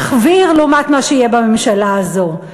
תחוויר לעומת מה שיהיה בממשלה הזאת.